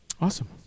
Awesome